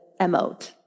emote